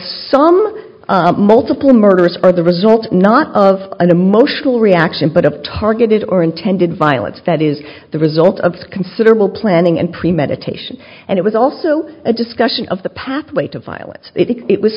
some multiple murders are the result not of an emotional reaction but of targeted or intended violence that is the result of considerable planning and premeditation and it was also a discussion of the pathway to violence it was